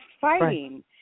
fighting